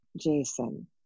Jason